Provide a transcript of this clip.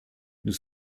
nous